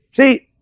See